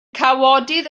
cawodydd